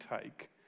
take